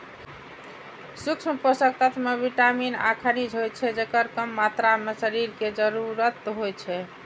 सूक्ष्म पोषक तत्व मे विटामिन आ खनिज होइ छै, जेकर कम मात्रा मे शरीर कें जरूरत होइ छै